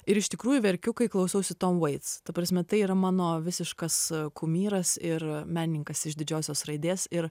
ir iš tikrųjų verkiu kai klausausi tom veits ta prasme tai yra mano visiškas kumyras ir menininkas iš didžiosios raidės ir